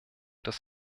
des